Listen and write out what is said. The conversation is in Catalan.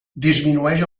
disminueix